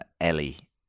Ellie